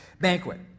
banquet